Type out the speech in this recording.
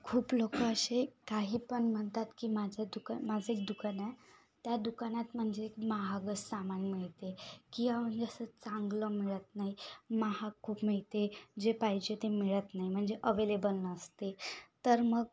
खूप लोकं असे काही पण म्हणतात की माझ्या दुका माझं एक दुकान आहे त्या दुकानात म्हणजे महागच सामान मिळते की म्हणजे असं चांगलं मिळत नाही महाग खूप मिळते जे पाहिजे ते मिळत नाही म्हणजे अवेलेबल नसते तर मग